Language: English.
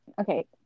okay